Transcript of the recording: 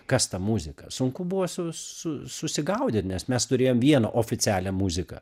kas ta muzika sunku buvo su su susigaudyti nes mes turėjome vieną oficialią muziką